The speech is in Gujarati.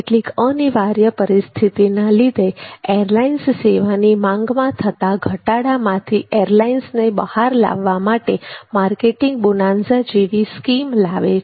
કેટલીક અનિવાર્ય પરિસ્થિતિના લીધે એરલાઇન્સ સેવાની માંગમા થતાં ઘટાડામાંથી એરલાઇન્સ બહાર લાવવા માટે માર્કેટિંગ બોનાન્ઝા જેવી સ્કીમ લાવે છે